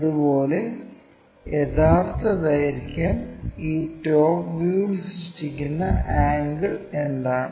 അതുപോലെ യഥാർത്ഥ ദൈർഘ്യം ഈ ടോപ് വ്യൂവിൽ സൃഷ്ടിക്കുന്ന ആംഗിൾ എന്താണ്